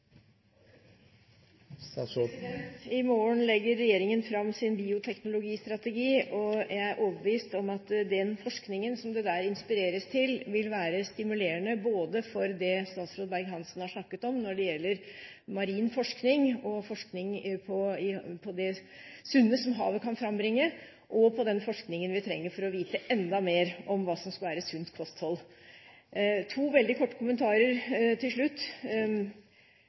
statsråd Berg-Hansen har snakket om når det gjelder marin forskning og forskning på det sunne som havet kan frambringe, og på den forskningen vi trenger for å vite enda mer om hva som skal være sunt kosthold. To veldig korte kommentarer til slutt: